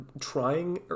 trying